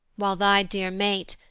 while thy dear mate,